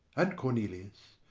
and cornelius,